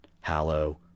Hallow